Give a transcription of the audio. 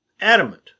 adamant